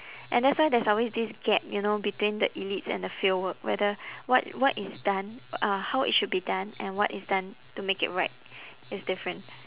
and that's why there's always this gap you know between the elites and the fieldwork whether what what is done uh how it should be done and what is done to make it right is different